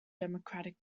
democratic